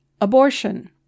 Abortion